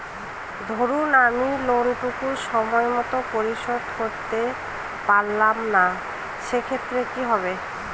ধরুন আমি লোন টুকু সময় মত পরিশোধ করতে পারলাম না সেক্ষেত্রে কি হবে?